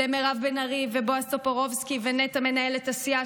למירב בן ארי ולבועז טופורובסקי ולנטע מנהלת הסיעה,